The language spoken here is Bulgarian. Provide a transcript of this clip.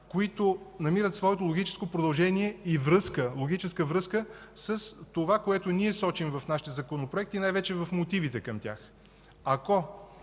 които намират своето логическо продължение и логическа връзка с това, което ние сочим в нашите законопроекти, и най-вече в мотивите към тях. Ако